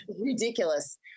Ridiculous